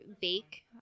bake